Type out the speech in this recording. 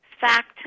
fact